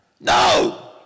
No